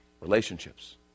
Relationships